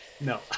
No